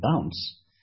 bounce